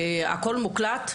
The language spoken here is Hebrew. הכול מוקלט.